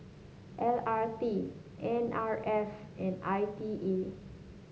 L R T N R F and I T E